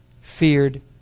feared